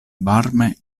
varme